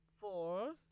four